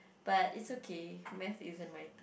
but it's okay math isn't my